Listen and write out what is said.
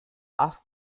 ask